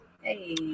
hey